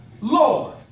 Lord